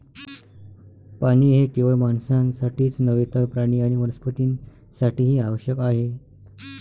पाणी हे केवळ माणसांसाठीच नव्हे तर प्राणी आणि वनस्पतीं साठीही आवश्यक आहे